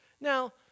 Now